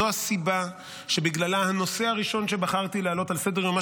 זו הסיבה שבגללה הנושא הראשון שבחרתי להעלות על סדר-יומה